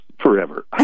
forever